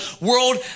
world